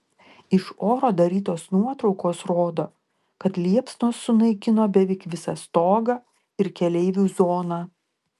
iš oro darytos nuotraukos rodo kad liepsnos sunaikino beveik visą stogą ir keleivių zoną